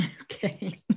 Okay